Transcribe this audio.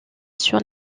sur